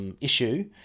issue